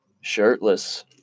shirtless